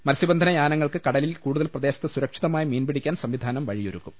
മത്സ്യബന്ധന യാനങ്ങൾക്ക് കടലിൽ കൂടുതൽ പ്രദേശത്ത് സുരക്ഷി തമായ മീൻപിടിക്കാൻ സംവിധാനം വഴിയൊരുക്കും